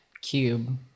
cube